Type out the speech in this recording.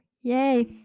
Yay